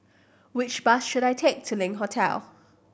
which bus should I take to Link Hotel